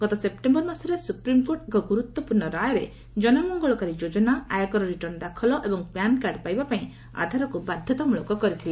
ଗତ ସେପ୍ଟେମ୍ବର ମାସରେ ସୁପ୍ରିମ୍କୋର୍ଟ ଏକ ଗୁରୁତ୍ୱପୂର୍ଣ୍ଣ ରାୟରେ ଜନମଙ୍ଗଳକାରୀ ଯୋଚ୍ଚନା ଆୟକର ରିଟର୍ଣ୍ଣ ଦାଖଲ ଓ ପ୍ୟାନ୍କାର୍ଡ ପାଇବା ପାଇଁ ଆଧାରକୁ ବାଧ୍ୟତାମୂଳକ କରିଥିଲେ